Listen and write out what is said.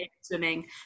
swimming